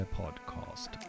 podcast